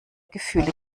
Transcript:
gefühle